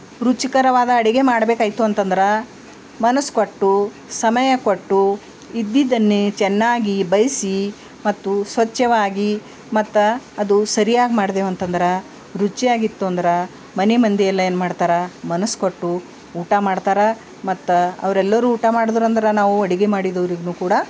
ರುಚಿಕರವಾದ ಅಡಿಗೆ ಮಾಡಬೇಕಾಯ್ತು ಅಂತಂದ್ರೆ ಮನಸು ಕೊಟ್ಟು ಸಮಯ ಕೊಟ್ಟು ಇದ್ದಿದ್ದನ್ನೇ ಚೆನ್ನಾಗಿ ಬಯಸಿ ಮತ್ತು ಸ್ವಚ್ಛವಾಗಿ ಮತ್ತು ಅದು ಸರಿಯಾಗಿ ಮಾಡ್ದೆವು ಅಂತಂದ್ರೆ ರುಚಿಯಾಗಿತ್ತು ಅಂದ್ರೆ ಮನೆಮಂದಿ ಎಲ್ಲ ಏನು ಮಾಡ್ತಾರ ಮನಸು ಕೊಟ್ಟು ಊಟ ಮಾಡ್ತಾರ ಮತತು ಅವರೆಲ್ಲರು ಊಟ ಮಾಡಿದ್ರು ಅಂದ್ರೆ ನಾವು ಅಡಿಗೆ ಮಾಡಿದ್ದು ಅವ್ರಿಗೂ ಕೂಡ